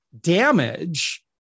damage